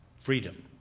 Freedom